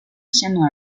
similar